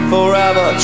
Forever